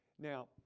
Now